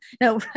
No